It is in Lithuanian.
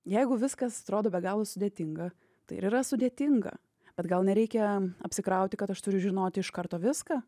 jeigu viskas atrodo be galo sudėtinga tai ir yra sudėtinga bet gal nereikia apsikrauti kad aš turiu žinoti iš karto viską